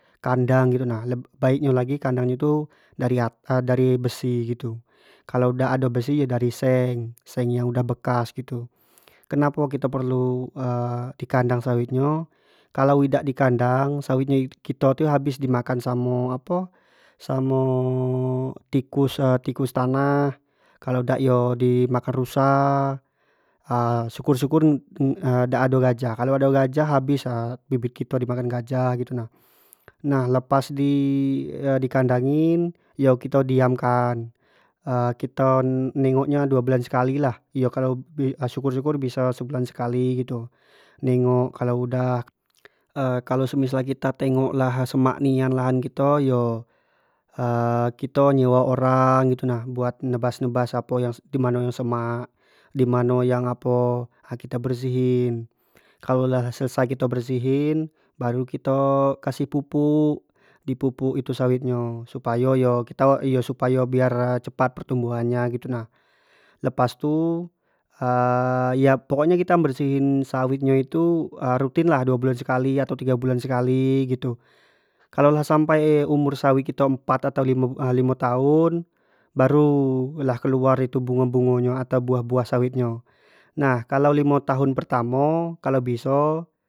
Kandang gitu nah, baik nyo lagi kendang nyo tu dari at dari besi gitu kalau dak ado besi yo dari seng, seng udah bekas gitu kenapo kito perlu di kendang sawit nyo, kalau idak di kendang sawit nyo kito itu habis di makan samo apo samo tikus- tikus tanah, kalau dak yo di makan rusa syukur- syukur dak ado gajah, kalau ado gajah habis bibit kito di makan gajah gitu nah, nah lepas di kandangin yo kito diam kan kito ne-nenok nyo duo bulan sekali lah syukur-syukur biso sebulan sekali gitu, nengok kalau udah kalau semisal kita tengok lah semak nian lahan kito yo kito nyewa orang gitu nah buat nebas- nebas apo dimano yang semak, dimano yang apo kito bersihin kalau lah selesai kito bersihin baru kito kasih pupuk, di pupuk itu sawit nyo supayo yo kito supayo itu yo cepat pertumbuhan nya gitu nah, lepas tuh ya pokok ny kita bersihin sawit nyo itu rutin lah duo bulan sekali atau tiga bulan sekali gitu, kalau lah sampai umur sawit kito empat atau limo tahun baru lah keluar tu bungo- bungo nyo atau buah- buah sawit ny, nah kalau limo tahun pertamo kalo biso.